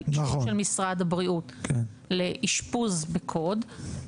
אבל אישור של משרד הבריאות לאשפוז בקוד,